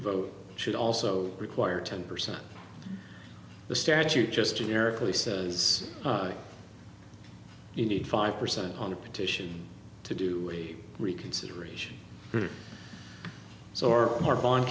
vote should also require ten percent the statute just generically says you need five percent on a petition to do a reconsideration so or mark on